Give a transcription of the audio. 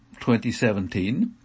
2017